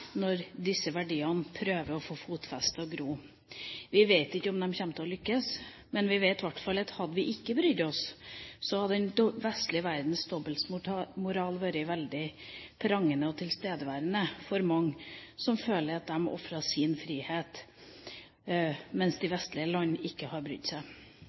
når disse verdiene prøver å få fotfeste og gro. Vi vet ikke om de kommer til å lykkes, men vi vet i hvert fall at hadde vi ikke brydd oss, hadde den vestlige verdens dobbeltmoral vært veldig prangende og tilstedeværende for mange som føler at de har ofret sin frihet, mens de vestlige land ikke har brydd seg.